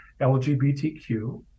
LGBTQ